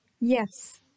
Yes